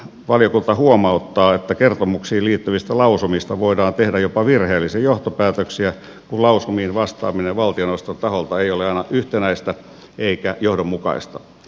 valiokunta huomauttaa että kertomuksiin liittyvistä lausumista voidaan tehdä jopa virheellisiä johtopäätöksiä kun lausumiin vastaaminen valtioneuvoston taholta ei ole aina yhtenäistä eikä johdonmukaista